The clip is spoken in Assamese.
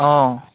অঁ